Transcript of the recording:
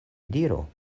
diru